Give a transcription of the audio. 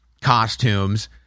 costumes